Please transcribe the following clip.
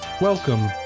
Welcome